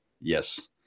Yes